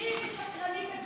תעזבי את רבין,